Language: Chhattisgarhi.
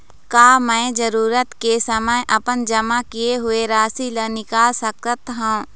का मैं जरूरत के समय अपन जमा किए हुए राशि ला निकाल सकत हव?